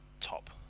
top